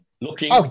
looking